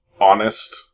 honest